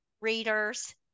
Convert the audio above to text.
readers